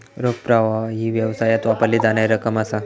रोख प्रवाह ही व्यवसायात वापरली जाणारी रक्कम असा